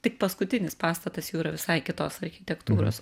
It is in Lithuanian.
tik paskutinis pastatas jau yra visai kitos architektūros